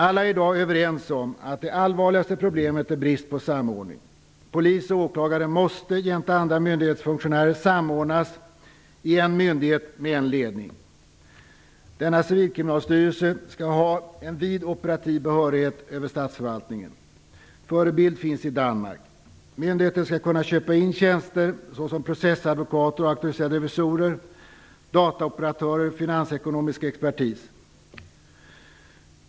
Alla är i dag överens om att det allvarligaste problemet är brist på samordning. Polis och åklagare måste jämte andra myndighetsfunktionärer samordnas i en myndighet med en ledning. Denna civilkriminalstyrelse skall ha en vid operativ behörighet över statsförvaltningen. Förebild finns i Danmark. Myndigheten skall kunna köpa in tjänster från processadvokater, auktoriserade revisorer, dataoperatörer och finansekonomisk expertis.